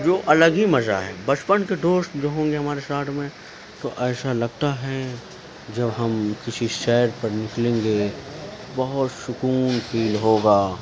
جو الگ ہی مزہ ہے بچپن کے دوست جو ہوں گے ہمارے ساتھ میں تو ایسا لگتا ہے جب ہم کسی سیر پر نکلیں گے بہت سکون فیل ہوگا